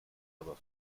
aber